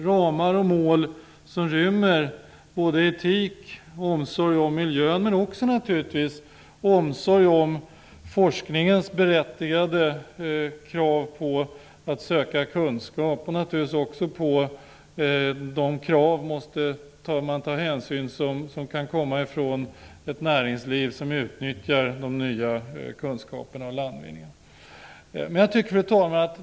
Ramarna och målen skall rymma såväl etik, omsorg och miljö som naturligtvis också omsorg om forskningens berättigade krav på att söka kunskap samt hänsyn till de krav som kan komma från ett näringsliv som utnyttjar de nya kunskaperna och landvinningarna. Fru talman!